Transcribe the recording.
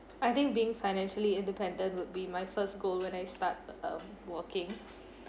I think being financially independent would be my first goal when I start um working